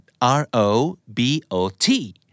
R-O-B-O-T